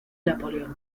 napoleón